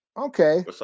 Okay